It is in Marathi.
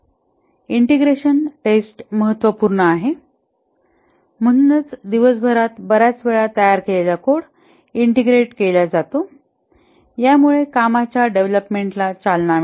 ईंटेग्रेशन टेस्ट महत्त्वपूर्ण आहे म्हणूनच दिवसभरात बर्याच वेळा तयार केलेला कोड ईंटेग्रेट केला जातो यामुळेच कामाच्या डेव्हलपमेंटाला चालना मिळते